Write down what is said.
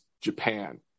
Japan